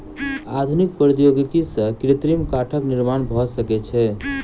आधुनिक प्रौद्योगिकी सॅ कृत्रिम काठक निर्माण भ सकै छै